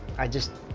i just,